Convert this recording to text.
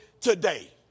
today